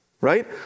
right